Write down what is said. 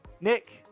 Nick